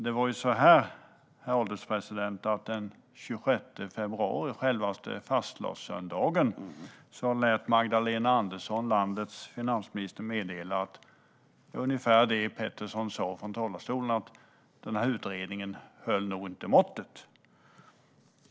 Det var så här, herr ålderspresident: Den 26 februari, på självaste fastlagssöndagen, lät Magdalena Andersson, landets finansminister, meddela ungefär samma sak som Pettersson sa från talarstolen, nämligen att utredningen inte höll måttet.